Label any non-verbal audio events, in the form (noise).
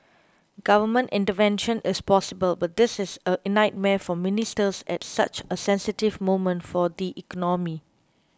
government intervention is possible but this is a (unintelligible) nightmare for ministers at such a sensitive moment for the economy